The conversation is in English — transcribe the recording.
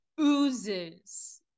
oozes